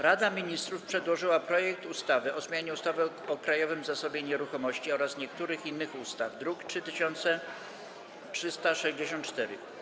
Rada Ministrów przedłożyła projekt ustawy o zmianie ustawy o Krajowym Zasobie Nieruchomości oraz niektórych innych ustaw, druk nr 3364.